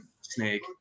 snake